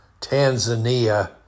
Tanzania